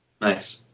Nice